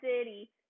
City